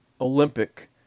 olympic